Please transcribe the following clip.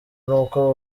n’uko